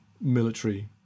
military